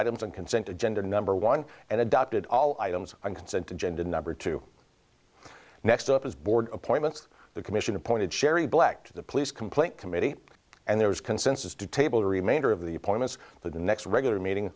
items on consent agenda number one and adopted all items on consent agenda number two next up as board appointments the commission appointed sherry black to the police complaint committee and there was consensus to table the remainder of the appointments for the next regular meeting